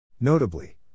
Notably